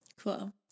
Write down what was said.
Cool